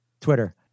Twitter